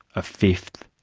a fifth,